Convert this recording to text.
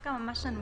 מכה ממש אנושה.